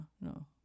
no